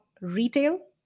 retail